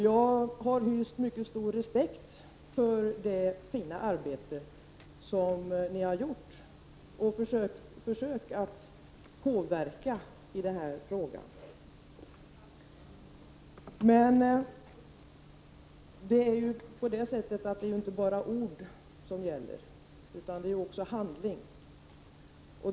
Jag har hyst mycket stor respekt för det fina arbete som ni har gjort för att försöka påverka utvecklingen. Men det är ju inte ord som gäller, utan det är handling.